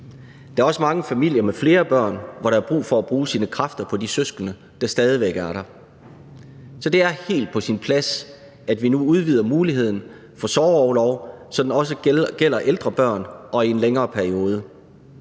Der er også mange familier med flere børn, hvor der er brug for at bruge sine kræfter på de søskende, der stadig væk er der. Så det er helt på sin plads, at vi nu udvider muligheden for sorgorlov, så den også gælder ældre børn og i en længere periode.